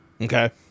Okay